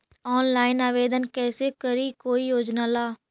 Online आवेदन कैसे करी कोई योजना ला?